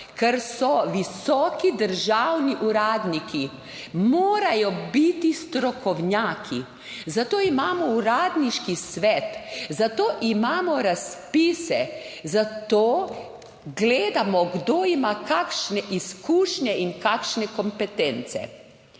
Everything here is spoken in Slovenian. kar so visoki državni uradniki morajo biti strokovnjaki, zato imamo uradniški svet, zato imamo razpise, zato gledamo, kdo ima kakšne izkušnje in kakšne kompetence.